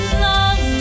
love